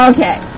Okay